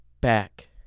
back